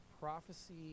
prophecy